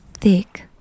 thick